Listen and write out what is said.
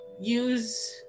use